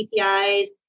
APIs